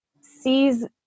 sees